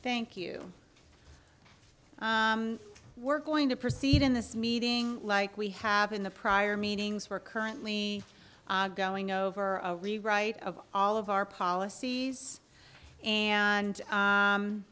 thank you we're going to proceed in this meeting like we have in the prior meetings we're currently going over a rewrite of all of our policies and